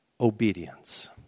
obedience